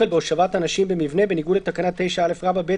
בהושבת אנשים במבנה בניגוד לתקנה 9א(ב)(1א)".